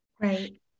Right